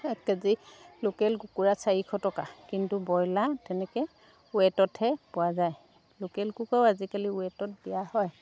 এক KG local কুকুৰা চাৰিশ টকা কিন্তু ব্ৰইলাৰ তেনেকৈ ৱে'টতহে পোৱা যায় লোকেল কুকুৰাও আজিকালি ৱে'টত দিয়া হয়